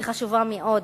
וחשובה מאוד,